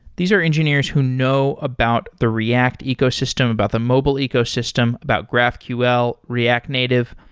these are engineers who know about the react ecosystem, about the mobile ecosystem, about graphql, react native.